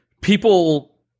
people